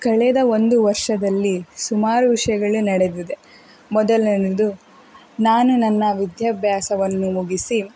ಕಳೆದ ಒಂದು ವರ್ಷದಲ್ಲಿ ಸುಮಾರು ವಿಷಯಗಳು ನಡೆದಿದೆ ಮೊದಲನೆಯದು ನಾನು ನನ್ನ ವಿದ್ಯಾಭ್ಯಾಸವನ್ನು ಮುಗಿಸಿ